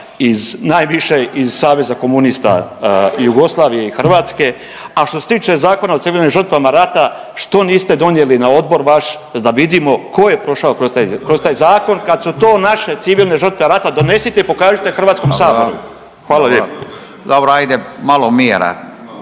iz najviše iz Saveza komunista Jugoslavije i Hrvatske. A što se tiče Zakona o civilnim žrtvama rata što niste donijeli na odbor vaš da vidimo ko je prošao kroz taj zakon kad su to naše civilne žrtve rata. Donesite i pokažite HS-u. Hvala lijepo. **Radin, Furio